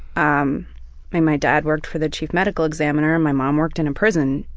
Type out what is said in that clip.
um my my dad worked for the chief medical examiner and my mom worked in a prison.